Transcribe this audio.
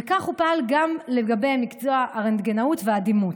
וכך הוא פעל גם לגבי מקצוע הרנטגנאות והדימות,